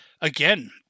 again